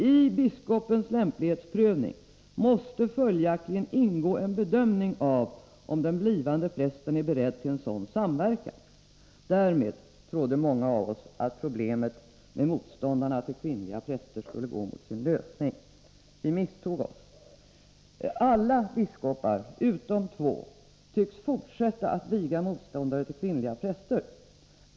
I biskopens lämplighetsprövning måste följaktligen ingå en bedömning av om den blivande prästen är beredd till en sådan samverkan. Därmed trodde många av oss att problemet med motståndarna till de kvinnliga prästerna skulle gå mot sin lösning. Vi misstog oss. Alla biskopar utom två tycks fortsätta att viga motståndare till kvinnliga präster.